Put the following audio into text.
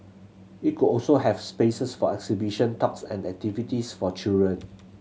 it could also have spaces for exhibition talks and activities for children